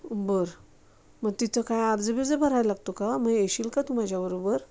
बरं मग तिथं काय अर्ज बिर्ज भरायला लागतो का मग येशील का तू माझ्याबरोबर